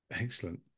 Excellent